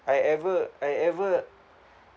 I ever I ever